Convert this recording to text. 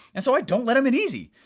and so i don't let em in easy.